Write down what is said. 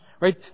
Right